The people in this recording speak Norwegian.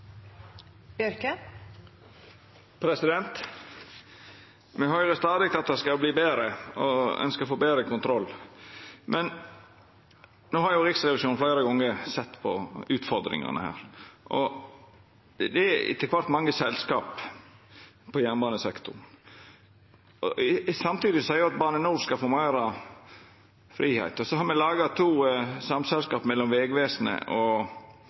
Me høyrer stadig at det skal verta betre, og at ein skal å få betre kontroll. Men no har Riksrevisjonen fleire gonger sett på utfordringane her, og det er etter kvart mange selskap på jernbanesektoren, og samtidig seier ein at Bane NOR skal få meir fridom. Og så har me laga to samselskap mellom Vegvesenet og Bane NOR når det gjeld både K5, på vestsida av Bergensbanen, og